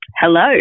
Hello